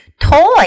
Toy